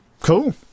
cool